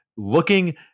looking